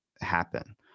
happen